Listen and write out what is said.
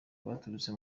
baturutse